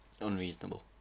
Unreasonable